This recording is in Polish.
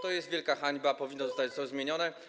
To jest wielka hańba, powinno zostać to zmienione.